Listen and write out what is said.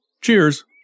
Cheers